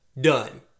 Done